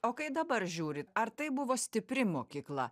o ką dabar žiūrit ar tai buvo stipri mokykla